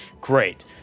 Great